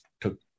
took